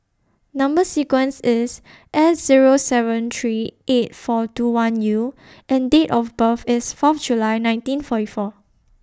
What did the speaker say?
Number sequence IS S Zero seven three eight four two one U and Date of birth IS Fourth July nineteen forty four